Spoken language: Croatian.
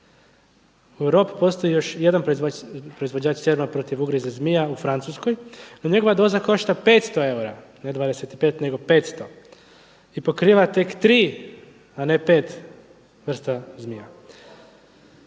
U Europi postoji još jedan proizvođač seruma protiv ugriza zmija u Francuskoj. No, njegova doza košta 500 eura, ne 25, nego 500 i pokriva tek 3 a ne 5 vrsta zmija.